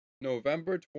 November